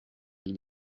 elle